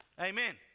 Amen